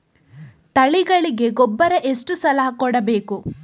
ತಳಿಗಳಿಗೆ ಗೊಬ್ಬರ ಎಷ್ಟು ಸಲ ಕೊಡಬೇಕು?